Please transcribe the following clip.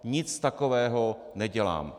Nic takového nedělám.